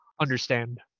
understand